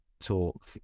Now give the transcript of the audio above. talk